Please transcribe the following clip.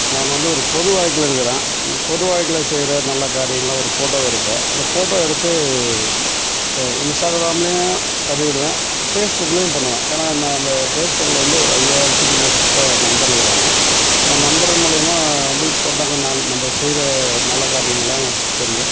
நான் வந்து ஒரு பொது வாழ்க்கையில் இருக்கிறேன் பொது வாழ்க்கையில் செய்கிற நல்ல காரியங்களெலாம் ஒரு ஃபோட்டோவாக எடுப்பேன் அந்த ஃபோட்டோ எடுத்து இன்ஸ்டாகிராம்லேயும் பதிவிடுவேன் பேஸ்புக்லையும் பண்ணுவேன் ஏன்னால் நான் அந்த ஃபேஸ் புக்கில் வந்து ஒரு ஐயாயிரத்துக்கு மேற்பட்ட நண்பர்கள் இருக்கிறாங்க நான் நண்பர்கள் மூலிமா வந்து போட்டால் கொஞ்ச நாள் நம்ம செய்கிற நல்ல காரியங்களெலாம் நஸ் தெரியும்